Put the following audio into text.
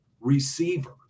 receiver